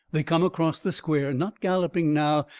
they come across the square not galloping now,